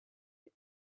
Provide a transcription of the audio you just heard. ils